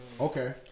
Okay